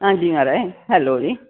हां जी महाराज हैलो जी